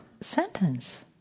sentence